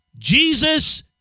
Jesus